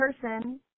person